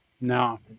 no